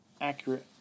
accurate